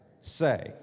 say